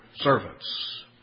servants